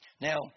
Now